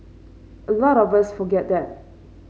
a lot of us forget that